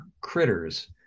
critters